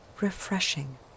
refreshing